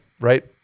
right